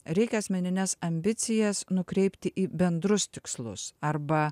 reikia asmenines ambicijas nukreipti į bendrus tikslus arba